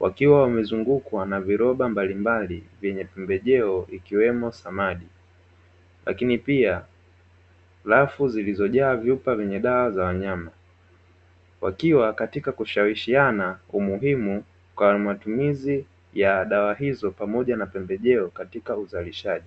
wakiwa wamezungukwa na viroba mbalimbali vyenye pembejeo ikiwemo samadi. Lakini pia rafu zilizojaa vyupa vyenye dawa za wanyama, wakiwa katika kushawishiana umuhimu kwa matumizi ya dawa hizo pamoja na pembejeo katika uzalishaji.